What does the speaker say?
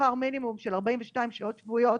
בשכר מינימום של 42 שעות שבועיות.